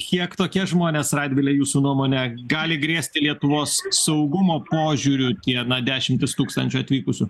kiek tokie žmonės radvile jūsų nuomone gali grėsti lietuvos saugumo požiūriu tie na dešimtys tūkstančių atvykusių